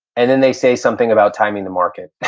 and then they say something about timing the market.